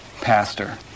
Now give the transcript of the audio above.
Pastor